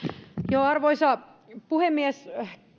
arvoisa puhemies